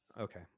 Okay